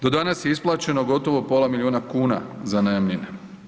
Do danas je isplaćeno gotovo pola miliona kuna za najamnine.